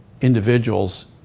individuals